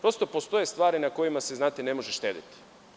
Prosto postoje stvari na kojima se ne može šteti.